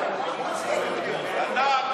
אתה,